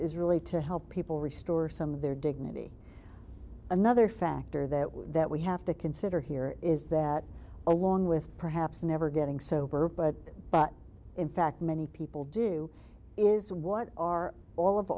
is really to help people restore some of their dignity another factor that we that we have to consider here is that along with perhaps never getting sober but but in fact many people do is what are all of